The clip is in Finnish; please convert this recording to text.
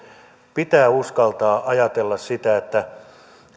pitää uskaltaa ajatella sitä että